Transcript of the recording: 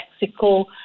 mexico